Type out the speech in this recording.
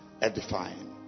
edifying